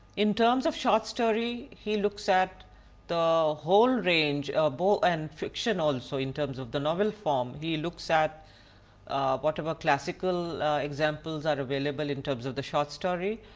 in terms of short story, he looks at the whole range and fiction also in terms of the novel form he looks at whatever classical examples are available in terms of the short story,